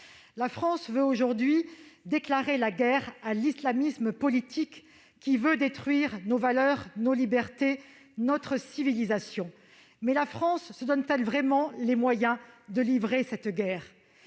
La France veut aujourd'hui déclarer la guerre à l'islamisme politique, qui entend détruire nos valeurs, nos libertés et notre civilisation. Mais la France se donne-t-elle vraiment les moyens de mener cette guerre ?